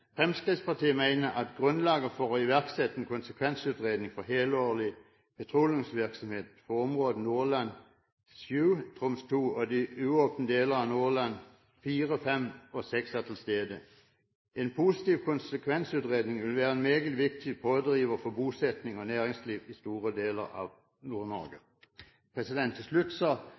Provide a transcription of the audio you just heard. Fremskrittspartiet mener at grunnlaget for å iverksette en konsekvensutredning for helårig petroleumsvirksomhet for områdene Nordland VII, Troms II og de uåpnede delene av Nordland IV, V og VI er til stede. En positiv konsekvensutredning vil være en meget viktig pådriver for bosetting og næringsliv i store deler av Nord-Norge. Til slutt: